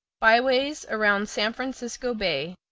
byways around san francisco bay,